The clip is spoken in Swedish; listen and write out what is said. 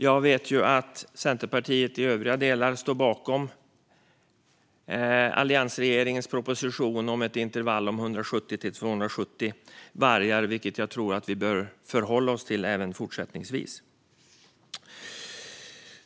Jag vet ju att Centerpartiet i övriga delar står bakom alliansregeringens proposition om ett intervall om 170-270 vargar, vilket jag tror att vi bör förhålla oss till även fortsättningsvis.